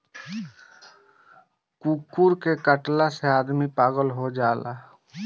कुकूर के कटला से आदमी पागलो हो जाला